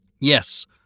yes